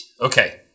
Okay